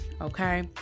Okay